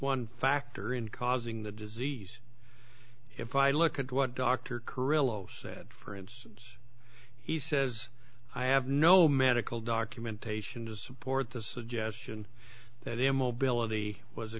one factor in causing the disease if i look at what dr carrillo said for instance he says i have no medical documentation to support the suggestion that immobility was a